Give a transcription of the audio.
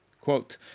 Quote